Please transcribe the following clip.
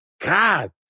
God